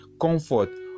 comfort